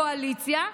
קואליציה,